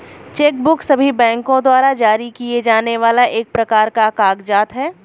check book सभी बैंको द्वारा जारी किए जाने वाला एक प्रकार का कागज़ात है